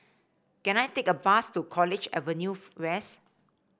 can I take a bus to College Avenue West